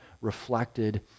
reflected